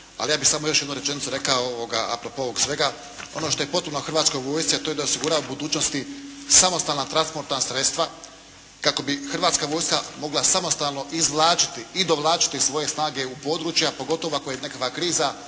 Ali ja bih samo još jednu rečenicu rekao a pro pro svega. Ono što je potrebno Hrvatskoj vojsci a to je da osigura budućnosti samostalna transportna sredstva kako bi Hrvatska vojska mogla samostalno izvlačiti i dovlačiti svoje snage u područja pogotovo ako je nekakva kriza